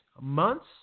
months